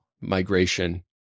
migration